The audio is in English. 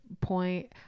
point